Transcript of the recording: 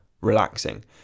relaxing